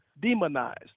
demonized